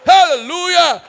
Hallelujah